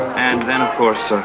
and then of course,